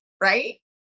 right